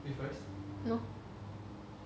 no